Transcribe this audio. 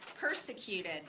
persecuted